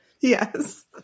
Yes